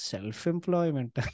Self-employment